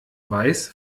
weiß